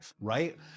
Right